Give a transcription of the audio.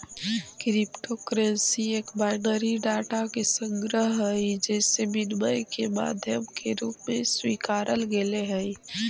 crypto currency एक binary data के संग्रह हइ जेसे विनिमय के माध्यम के रूप में स्वीकारल गेले हइ